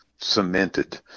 cemented